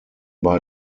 bei